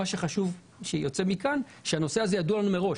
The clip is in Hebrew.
מה שחשוב שיצא מכאן זה שהנושא הזה ידוע לנו מראש.